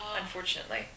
Unfortunately